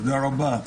תודה רבה.